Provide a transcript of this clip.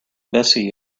bessie